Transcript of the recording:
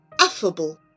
Affable